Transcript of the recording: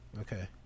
Okay